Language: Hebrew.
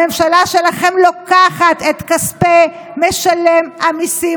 הממשלה שלכם לוקחת את כספי משלם המיסים